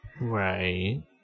Right